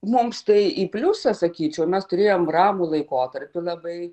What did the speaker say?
mums tai į pliusą sakyčiau mes turėjom ramų laikotarpį labai